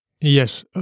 Yes